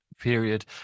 period